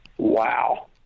wow